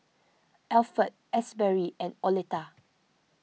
Alpha Asberry and Oleta